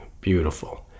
beautiful